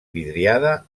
vidriada